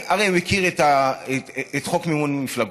אני הרי מכיר את חוק מימון מפלגות.